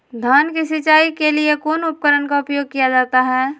धान की सिंचाई के लिए कौन उपकरण का उपयोग किया जाता है?